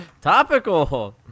Topical